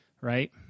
right